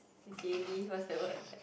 c_c_a what's that word